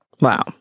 wow